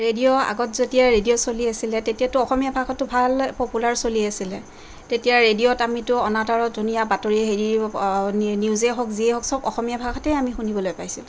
radio আগত যেতিয়া radio চলি আছিলে তেতিয়াতো অসমীয়া ভাষাটো ভাল পপুলাৰ চলি আছিলে তেতিয়া ৰেডিঅ'ত আমিতো অনাতাঁৰত ধুনীয়া বাতৰি হেৰি নিউজে হওক যিয়ে হওক চব অসমীয়া ভাষাতেই আমি শুনিবলৈ পাইছোঁ